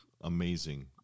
amazing